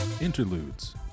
Interludes